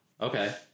Okay